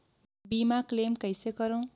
बीमा क्लेम कइसे करों?